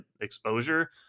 exposure